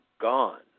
gone